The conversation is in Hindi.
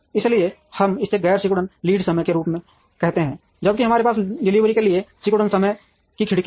इसलिए हम इसे गैर सिकुड़ते लीड समय के रूप में कहते हैं जबकि हमारे पास डिलीवरी के लिए सिकुड़ते समय की खिड़की है